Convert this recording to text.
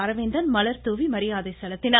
அரவிந்தன் மலர்தூவி மரியாதை செலுத்தினார்